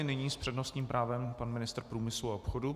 Nyní s přednostním právem pan ministr průmyslu a obchodu.